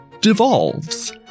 devolves